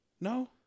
No